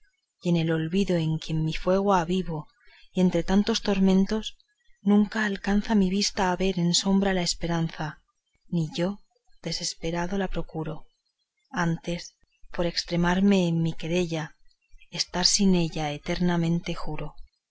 en el olvido en quien mi fuego avivo y entre tantos tormentos nunca alcanza mi vista a ver en sombra a la esperanza ni yo desesperado la procuro antes por estremarme en mi querella estar sin ella eternamente juro